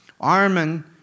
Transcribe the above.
Armin